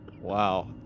Wow